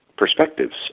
perspectives